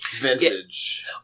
Vintage